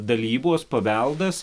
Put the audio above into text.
dalybos paveldas